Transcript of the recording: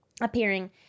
appearing